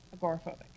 agoraphobic